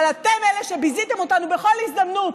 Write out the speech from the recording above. אבל אתם אלה שביזיתם אותנו בכל הזדמנות.